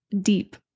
deep